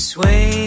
Sway